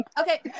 okay